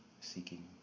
seeking